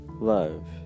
Love